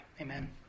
amen